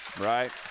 right